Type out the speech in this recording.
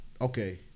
Okay